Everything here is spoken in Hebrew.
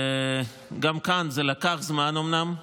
גם כאן זה לקח זמן אומנם,